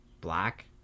black